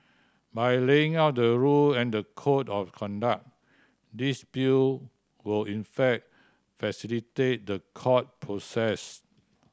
by laying out the rule and the code of conduct this Bill will in fact facilitate the court process